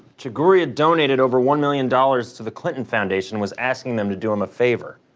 chagoury had donated over one million dollars to the clinton foundation was asking them to do him a favor.